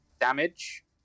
Damage